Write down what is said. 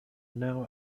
now